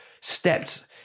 stepped